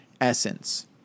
essence